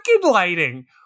lighting